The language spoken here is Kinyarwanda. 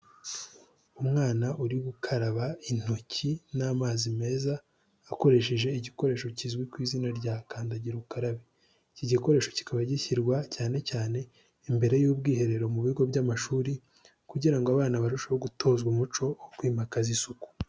Umwana uri gukaraba intoki n'amazi meza, akoresheje igikoresho kizwi ku izina rya kandagira ukarabe, iki gikoresho kikaba gishyirwa cyane cyane imbere y'ubwiherero mu bigo by'amashuri, kugira ngo abana barusheho gutozwa umuco wo kwimakaza isuku.